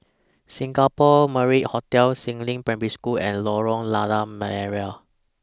Singapore Marriott Hotel Si Ling Primary School and Lorong Lada Merah